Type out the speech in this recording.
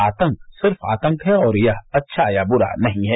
आतंक सिर्फ आतंक है यह अच्छा या बुरा नहीं है